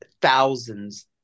thousands